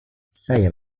saya